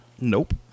Nope